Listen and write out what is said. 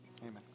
Amen